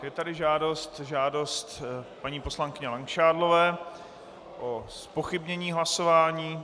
Je tady žádost paní poslankyně Langšádlové o zpochybnění hlasování.